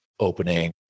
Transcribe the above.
Opening